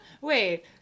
Wait